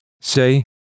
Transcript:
say